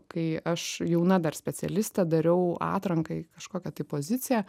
kai aš jauna dar specialistė dariau atrankai kažkokią tai poziciją